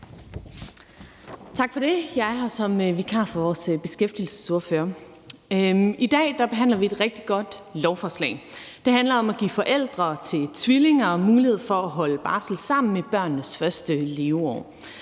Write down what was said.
Tak for det. Jeg er her som vikar for vores beskæftigelsesordfører. I dag behandler vi et rigtig godt lovforslag, som handler om at give forældre til tvillinger mulighed for at holde barsel sammen i børnenes første leveår.